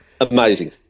Amazing